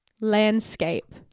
landscape